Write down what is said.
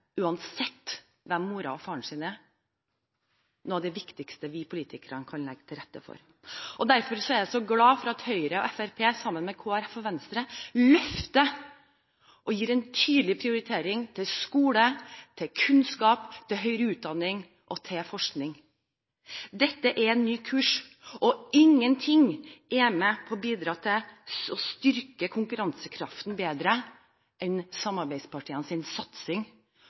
uansett hvem moren og faren er, noe av det viktigste vi politikere kan legge til rette for. Derfor er jeg så glad for at Høyre og Fremskrittspartiet sammen med Kristelig Folkeparti og Venstre løfter og tydelig prioriterer skole, kunnskap, høyere utdanning og forskning. Dette er en ny kurs, og ingenting bidrar til å styrke konkurransekraften bedre enn samarbeidspartienes satsing på kunnskap. Det gir den enkelte mulighet og trygghet for seg og sin